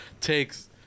Takes